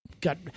got